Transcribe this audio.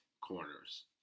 corners